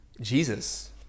Jesus